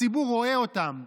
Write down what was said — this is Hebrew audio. הציבור רואה אותם,